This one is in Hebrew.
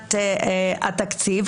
מבחינת התקציב,